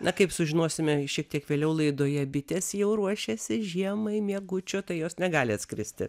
na kaip sužinosime šiek tiek vėliau laidoje bitės jau ruošiasi žiemai miegučio tai jos negali atskristi